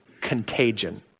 contagion